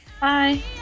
Bye